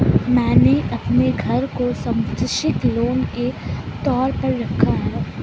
मैंने अपने घर को संपार्श्विक लोन के तौर पर रखा है